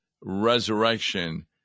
resurrection